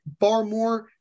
Barmore